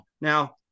Now